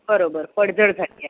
बरोबर पडझड झाली आहे